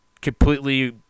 completely